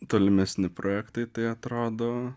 tolimesni projektai tai atrodo